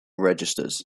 registers